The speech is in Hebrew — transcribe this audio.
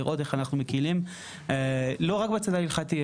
לראות איך אנחנו מקלים לא רק בצד ההלכתי,